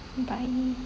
bye